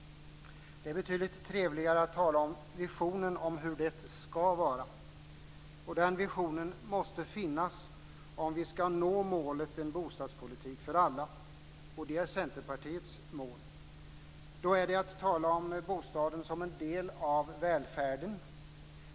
Det är betydligt trevligare att tala om visionen om hur det ska vara. Den visionen måste finnas om vi ska nå målet en bostadspolitik för alla, och det är Centerpartiets mål. Då är det att tala om bostaden som en del av välfärden.